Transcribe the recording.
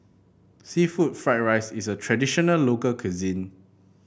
seafood Fried Rice is a traditional local cuisine